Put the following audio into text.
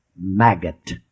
maggot